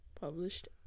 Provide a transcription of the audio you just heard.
published